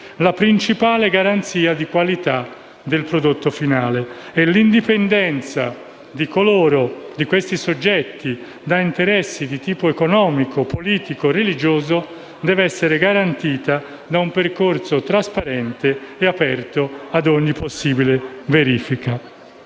la principale garanzia di qualità del prodotto finale. E l'indipendenza di questi soggetti da interessi di tipo economico, politico e religioso deve essere garantita da un percorso trasparente e aperto a ogni possibile verifica.